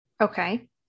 Okay